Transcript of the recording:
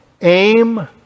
aim